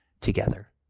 together